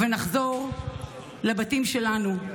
ונחזור לבתים שלנו,